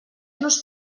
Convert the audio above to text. nos